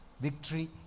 Victory